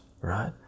right